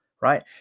right